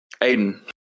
Aiden